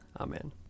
Amen